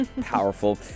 powerful